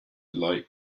like